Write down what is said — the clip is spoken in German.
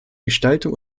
gestaltung